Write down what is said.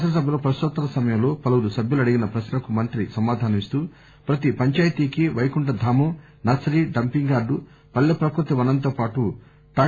శాసనసభలో ప్రక్నోత్తరాల సమయంలో పలువురు సభ్యులు అడిగిన ప్రక్నలకు మంత్రి సమాధానం ఇస్తూ ప్రతి పందాయితీకి పైకుంఠధామం నర్సరీ డంపింగ్ యార్టు పల్లె ప్రకృతి వనంతో పాటు ట్రాక్టర్ మంజూరు చేశామన్నారు